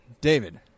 David